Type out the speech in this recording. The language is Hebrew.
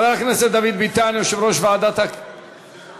חבר הכנסת דוד ביטן, יושב-ראש ועדת הכנסת,